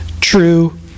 True